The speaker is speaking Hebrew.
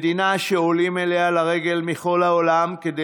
מדינה שעולים אליה לרגל מכל העולם כדי